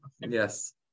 Yes